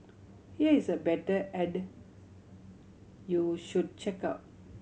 here is a better ad you should check out